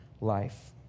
life